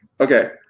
Okay